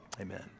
amen